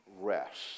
rest